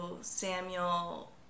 Samuel